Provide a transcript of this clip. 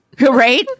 Right